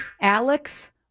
Alex